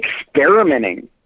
experimenting